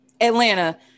Atlanta